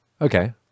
Okay